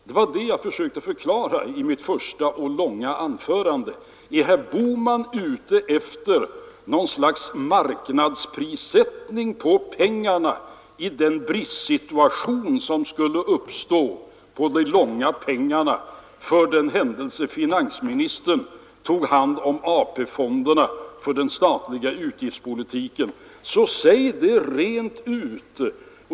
Det var det jag försökte förklara i mitt första och långa anförande. Är herr Bohman ute efter något slags marknadsprisssättning i den bristsituation som skulle uppstå på långfristigt kapital för den händelse finansministern tog hand om AP-pengarna för den statliga utgiftspolitiken, så säg det rent ut!